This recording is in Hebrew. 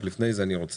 רק לפני כן אני רוצה